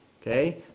Okay